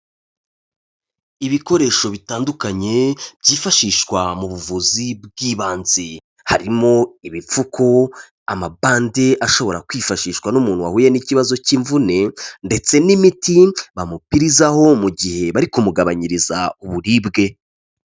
Ibikoresho bitandukanye byifashishwa mu buvuzi bw'ibanze. Harimo ibipfuku, amabandi ashobora kwifashishwa n'umuntu wahuye n'ikibazo cy'imvune, ndetse n'imiti bamupirizaho mu gihe bari kumugabanyiriza uburibwe.